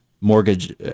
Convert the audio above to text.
mortgage